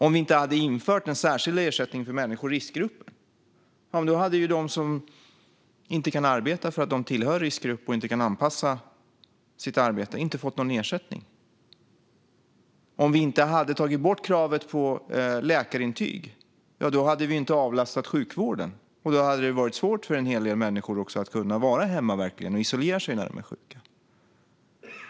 Om vi inte hade infört en särskild ersättning för människor i riskgrupper, då hade de som inte kan arbeta för att de tillhör en riskgrupp och inte kan anpassa sitt arbete inte fått någon ersättning. Om vi inte hade tagit bort kravet på läkarintyg hade vi inte avlastat sjukvården, och då hade det varit svårt för en hel del människor att kunna vara hemma och isolera sig när de är sjuka.